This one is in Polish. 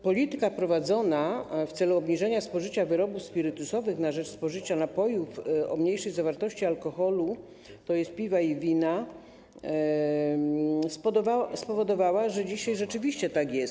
Polityka prowadzona w celu obniżenia spożycia wyrobów spirytusowych na rzecz spożycia napojów o mniejszej zawartości alkoholu, tj. piwa i wina, spowodowała, że dzisiaj rzeczywiście tak jest.